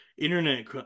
internet